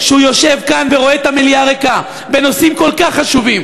שהוא יושב כאן ורואה את המליאה ריקה בנושאים כל כך חשובים,